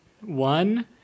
One